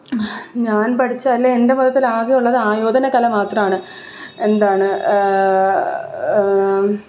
ഞാൻ പഠിച്ചാല്ലേ എൻ്റെ മതത്തിലാകെ ഉള്ളത് ആയോധന കല മാത്രമാണ് എന്താണ്